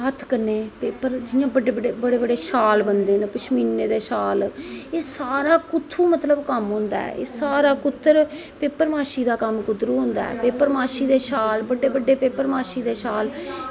हत्थ कन्नैं पेपर जियां बड्डे बड्डे शाल बनदे न पशमीनें दे शाल एह् सारा कुत्थूं मतलव के कम्म होंदा ऐ एह् सारा कुध्दर पेपर काशी दा कम्म कुध्दरा दा होंदा ऐ पेपर माशी दे शाल बड्डे बड्डे पेपेर माशी दे शाल